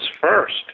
first